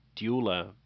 dueler